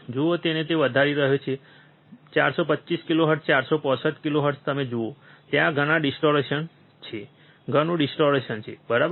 જુઓ તે તેને વધારી રહ્યા છે 425 કિલોહર્ટ્ઝ 465 કિલોહર્ટ્ઝ તમે જુઓ ત્યાં ઘણા ડિસ્ટોરેશન છે ઘણું ડિસ્ટોરેશન છે બરાબર